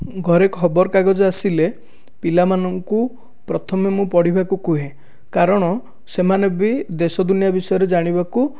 ଘରେ ଖବର କାଗଜ ଆସିଲେ ପିଲାମାନଙ୍କୁ ପ୍ରଥମେ ମୁଁ ପଢ଼ିବାକୁ କୁହେ କାରଣ ସେମାନେ ବି ଦେଶ ଦୁନିଆ ବିଷୟରେ ଜାଣିବାକୁ